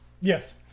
Yes